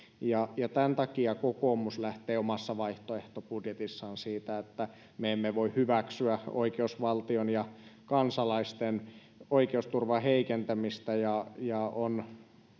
tämän takia kokoomus lähtee omassa vaihtoehtobudjetissaan siitä että me emme voi hyväksyä oikeusvaltion ja kansalaisten oikeusturvan heikentämistä ja ja on